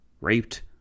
raped